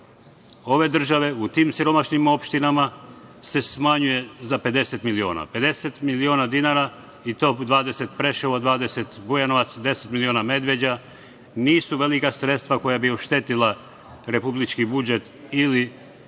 ove države, u tim siromašnim opštinama se smanjuje za 50 miliona? Pedeset miliona dinara i to 20 Preševo, 20 Bujanovac, 10 miliona Medveđa. Nisu velika sredstva koja bi oštetila republički budžet ili